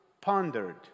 pondered